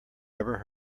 ever